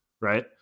Right